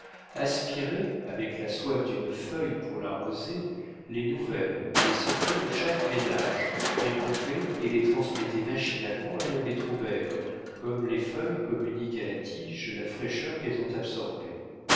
aspiraient avec la soif d'une feuille pour la rosée les nouvelles les secrets de chaque ménage les pompaient et les transmettaient machinalement à l'abbé troubert comme les feuilles communiquent à la tige la fraîcheur qu'elles ont absorbée